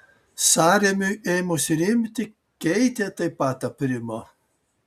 sąrėmiui ėmus rimti keitė taip pat aprimo